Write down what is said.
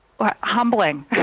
Humbling